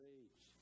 age